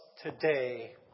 today